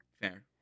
fair